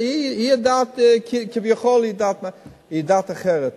היא יודעת כביכול אחרת.